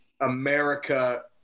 America